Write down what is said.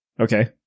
Okay